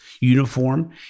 uniform